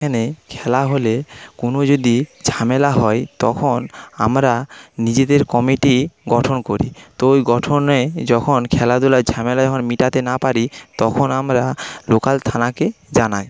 এখানে খেলা হলে কোনো যদি ঝামেলা হয় তখন আমরা নিজেদের কমিটি গঠন করি তো ওই গঠনে যখন খেলাধুলার ঝামেলা যখন মেটাতে না পারি তখন আমরা লোকাল থানাকে জানাই